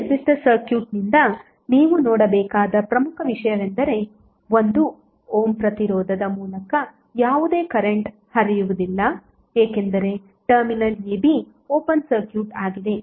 ಈ ನಿರ್ದಿಷ್ಟ ಸರ್ಕ್ಯೂಟ್ ನಿಂದ ನೀವು ನೋಡಬೇಕಾದ ಪ್ರಮುಖ ವಿಷಯವೆಂದರೆ 1ಓಮ್ ಪ್ರತಿರೋಧದ ಮೂಲಕ ಯಾವುದೇ ಕರೆಂಟ್ ಹರಿಯುವುದಿಲ್ಲ ಏಕೆಂದರೆ ಟರ್ಮಿನಲ್ ab ಓಪನ್ ಸರ್ಕ್ಯೂಟ್ ಆಗಿದೆ